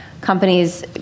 companies